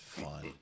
fun